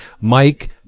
Mike